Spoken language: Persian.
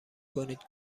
کنید